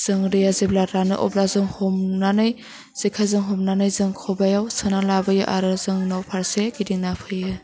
जोङो दैआ जेब्ला रानो अब्ला जों हमनानै जेखाइजों हमनानै जों खबाइआव सोनानै लाबोयो आरो जों न' फारसे गिदिंना फैयो